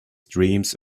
dreams